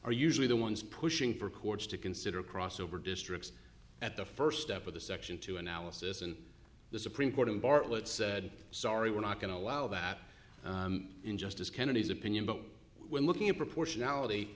are usually the ones pushing for courts to consider crossover districts at the first step of the section two analysis and the supreme court in bartlett said sorry we're not going to allow that in justice kennedy's opinion but what we're looking at proportion